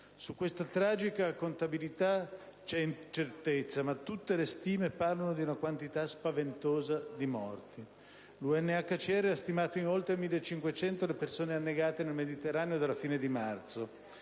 Su questa tragica contabilità c'è incertezza, ma tutte le stime parlano di una quantità spaventosa di morti. L'UNHCR ha stimato in oltre 1.500 le persone annegate nel Mediterraneo dalla fine di marzo.